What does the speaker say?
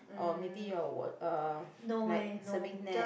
or maybe you are uh like surfing net